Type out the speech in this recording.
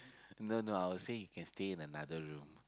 no no I will say you can stay in another room